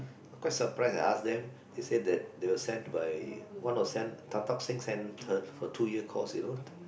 quite surprised I ask them they say that they were sent by one was sent Tan-Tock-Seng sent her for two year course you know